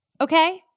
okay